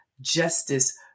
justice